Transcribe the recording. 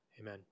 Amen